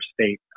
state